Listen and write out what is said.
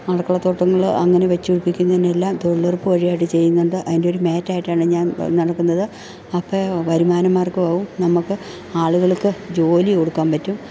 അടുക്കളത്തോട്ടങ്ങൾ അങ്ങനെ വെച്ചു പിടിപ്പിക്കുന്നതിനെല്ലാം തൊഴിലുറപ്പ് വഴിയായിട്ട് ചെയ്യുന്നുണ്ട് അതിൻ്റെയൊരു മാറ്റമായിട്ടാണ് ഞാൻ നടക്കുന്നത് അപ്പോൾ വരുമാനമാർഗ്ഗവും ആവും നമുക്ക് ആളുകൾക്ക് ജോലി കൊടുക്കാൻ പറ്റും